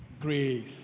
Grace